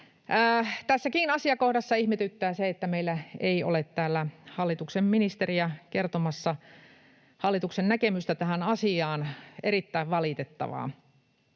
Tässäkin asiakohdassa ihmetyttää se, että meillä ei ole täällä hallituksen ministeriä kertomassa hallituksen näkemystä tähän asiaan. Erittäin valitettavaa,